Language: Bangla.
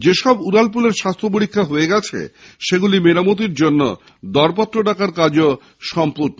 যে সব উড়ালপুলের স্বাস্থ্য পরীক্ষা হয়ে গিয়েছে সেগুলি মেরামতির জন্যে দরপত্র ডাকার কাজও সম্পর্ণ